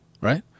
right